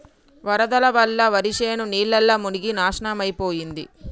వరదల వల్ల వరిశేను నీళ్లల్ల మునిగి నాశనమైపోయింది